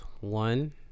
One